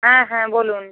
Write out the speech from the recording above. হ্যাঁ হ্যাঁ বলুন